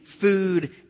food